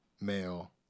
male